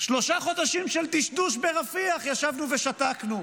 שלושה חודשים של דשדוש ברפיח ישבנו ושתקנו,